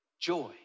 joy